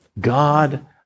God